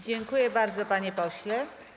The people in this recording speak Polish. Dziękuję bardzo, panie pośle.